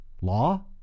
Law